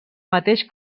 mateix